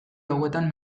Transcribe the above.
hauetan